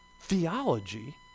Theology